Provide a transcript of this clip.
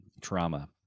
trauma